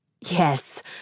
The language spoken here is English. Yes